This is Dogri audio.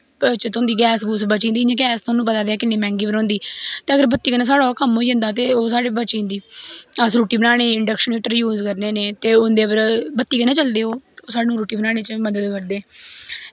बचत होंदी गैस गूस बची जंदी इ'यां गैस तुआनूं पता ते है किन्नी मैंह्गी भरोंदी ते अगर बत्ती कन्नै साढ़ा कम्म होई जंदा ते ओह् साढ़ी बची जंदी अस रुट्टी बनानी गै इंडक्सन हीटर यूस करने होन्ने ते उं'दे पर बत्ती कन्नै चलदे ओह् ओह् सानूं रुट्टी बनाने च मदद करदे